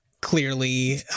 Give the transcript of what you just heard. clearly